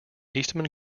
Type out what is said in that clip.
eastman